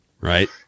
right